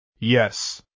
Yes